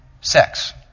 sex